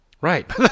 Right